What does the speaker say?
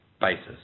basis